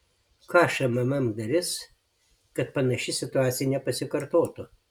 ką šmm darys kad panaši situacija nepasikartotų